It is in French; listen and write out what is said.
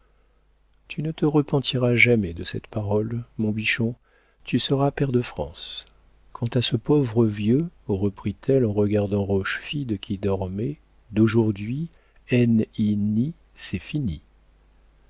tu ne te repentiras jamais de cette parole mon bichon tu seras pair de france quant à ce pauvre vieux reprit-elle en regardant rochefide qui dormait d'aujourd'hui n i ni c'est fini